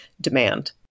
demand